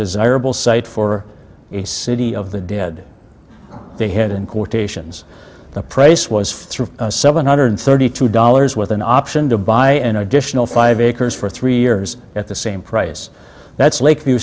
desirable site for a city of the dead they had in quotations the price was seven hundred thirty two dollars with an option to buy an additional five acres for three years at the same price that's lakeview